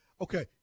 Okay